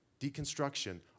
Deconstruction